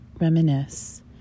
reminisce